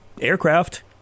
aircraft